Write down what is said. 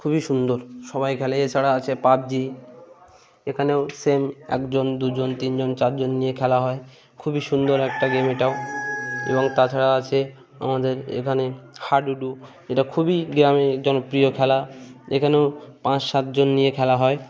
খুবই সুন্দর সবাই খেলে এছাড়া আছে পাবজি এখানেও সেম একজন দুজন তিনজন চারজন নিয়ে খেলা হয় খুবই সুন্দর একটা গেম এটাও এবং তাছাড়া আছে আমাদের এখানে হাডুডু এটা খুবই গ্রামে জনপ্রিয় খেলা এখানেও পাঁচ সাতজন নিয়ে খেলা হয়